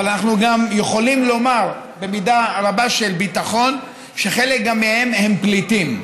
אבל אנחנו גם יכולים לומר במידה רבה של ביטחון שחלק מהם הם פליטים.